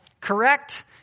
correct